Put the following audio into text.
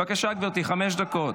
בבקשה, גברתי, חמש דקות.